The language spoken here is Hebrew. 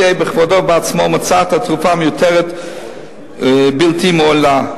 בכבודו ובעצמו מצא את התרופה מיותרת ובלתי מועילה.